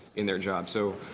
in their job. so,